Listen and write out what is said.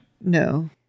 No